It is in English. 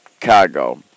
cargo